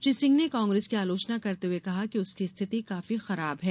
श्री सिंह ने कांग्रेस की आलोचना करते हुए कहा कि उसकी स्थिति काफी खराब है